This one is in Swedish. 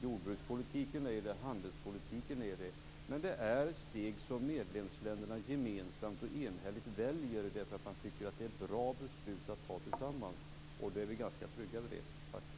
Jordbrukspolitiken är det. Handelspolitiken är det. Men det är ett steg som medlemsländerna gemensamt och enhälligt väljer därför att man tycker att det är beslut som är bra att fatta tillsammans. Vi är ganska trygga vid det.